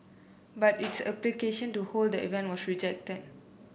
but its application to hold the event was rejected